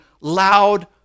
loud